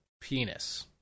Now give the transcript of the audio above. penis